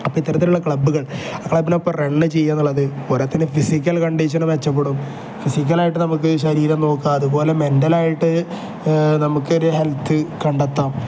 അപ്പം ഇത്തരത്തിലുള്ള ക്ലബ്ബുകൾ ആ ക്ലബിനപ്പ റണ് ചെയ്യുക എന്നുള്ളത് പോരാത്തതിന് ഫിസിക്കൽ കണ്ടീഷന മെച്ചപ്പെടും ഫിസിക്കലായിട്ട് നമുക്ക് ശരീരം നോക്കാം അതുപോലെ മെൻ്റലായിട്ട് നമുക്കൊരു ഹെൽത്ത് കണ്ടെത്താം